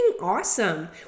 awesome